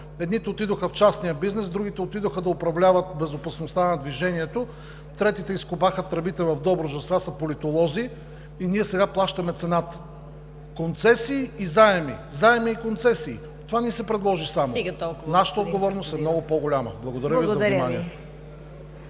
Едните отидоха в частния бизнес, другите отидоха да управляват безопасността на движението, третите – изскубаха тръбите в Добруджа, сега са политолози. Сега ние плащаме цената. Концесии и заеми, заеми и концесии – това ни се предложи само. Нашата отговорност е много по-голяма. Благодаря Ви за вниманието.